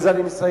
ובזה אני מסיים,